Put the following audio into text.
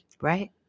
Right